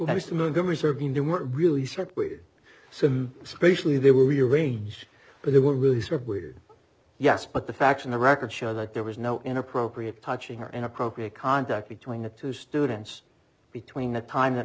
numerous really set so especially they were rearranged but they were really sort of weird yes but the facts in the record show that there was no inappropriate touching or inappropriate contact between the two students between the time that